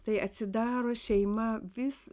tai atsidaro šeima vis